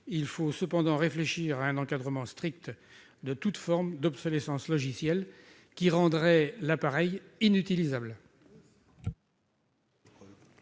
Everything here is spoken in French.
il faut cependant réfléchir à un encadrement strict de toute forme d'obsolescence logicielle qui rendrait les appareils inutilisables.